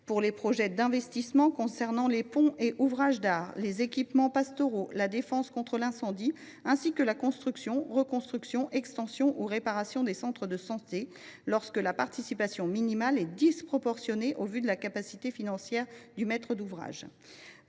pour les projets d’investissement concernant les ponts et ouvrages d’art, les équipements pastoraux, la défense contre l’incendie, ainsi que la construction, la reconstruction, l’extension et les réparations des centres de santé, lorsque la participation minimale est « disproportionnée par rapport la capacité financière du maître d’ouvrage »